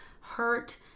hurt